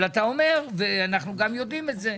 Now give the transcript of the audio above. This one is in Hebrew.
אבל אתה אומר, ואנחנו גם יודעים את זה,